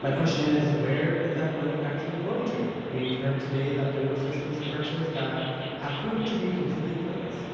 my question is, where is that money actually going to? we've heard today that there were systems purchased that have proven to be completely pointless